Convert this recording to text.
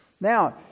Now